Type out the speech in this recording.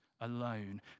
alone